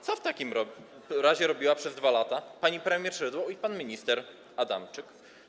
Co w takim razie robili przez 2 lata pani premier Szydło i pan minister Adamczyk?